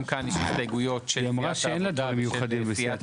גם כאן יש הסתייגויות של סיעת העבודה ושל סיעת